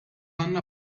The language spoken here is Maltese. għandna